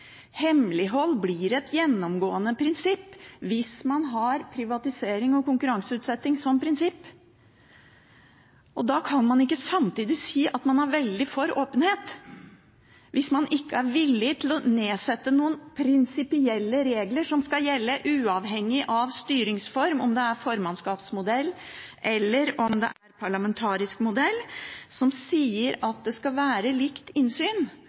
Hemmelighold blir et gjennomgående prinsipp hvis man har privatisering og konkurranseutsetting som prinsipp. Da kan man ikke samtidig si at man er veldig for åpenhet, hvis man ikke er villig til å knesette noen prinsipielle regler som skal gjelde uavhengig av styringsform – om det er formannskapsmodell, eller om det er parlamentarisk modell – som sier at det skal være likt innsyn,